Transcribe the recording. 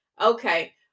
Okay